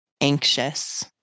anxious